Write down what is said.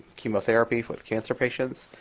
chemotherapy with cancer patients.